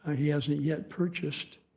he hasn't yet purchased